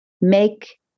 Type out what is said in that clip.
Make